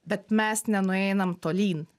bet mes nenueinam tolyn